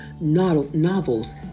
novels